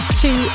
two